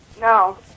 No